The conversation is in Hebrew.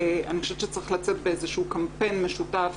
אני חושבת שצריך לצאת באיזה שהוא קמפיין משותף